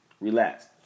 Relax